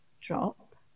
drop